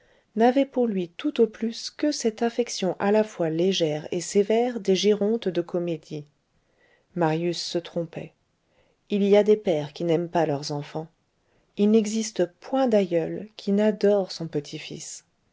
n'avait pour lui tout au plus que cette affection à la fois légère et sévère des gérontes de comédie marius se trompait il y a des pères qui n'aiment pas leurs enfants il n'existe point d'aïeul qui n'adore son petit-fils